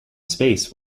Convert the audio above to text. space